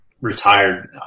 retired